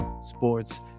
sports